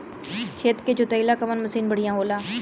खेत के जोतईला कवन मसीन बढ़ियां होला?